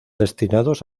destinados